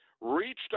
reached